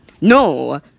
No